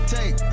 Take